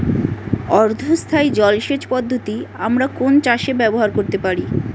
অর্ধ স্থায়ী জলসেচ পদ্ধতি আমরা কোন চাষে ব্যবহার করতে পারি?